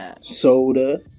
Soda